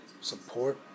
support